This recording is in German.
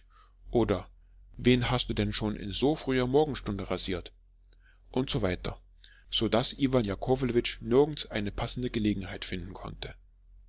oder wen hast du schon in so früher morgenstunde rasiert usw so daß iwan jakowlewitsch nirgends eine passende gelegenheit finden konnte